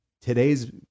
today's